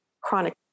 chronic